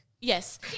Yes